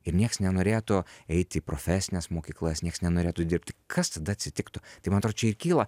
ir nieks nenorėtų eiti į profesines mokyklas nieks nenorėtų dirbti kas tada atsitiktų tai man atrodo čia ir kyla